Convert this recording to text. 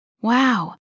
Wow